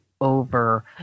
over